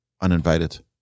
uninvited